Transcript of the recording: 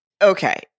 Okay